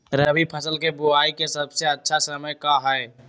रबी फसल के बुआई के सबसे अच्छा समय का हई?